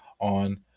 on